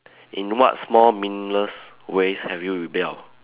in what small meaningless ways have you rebelled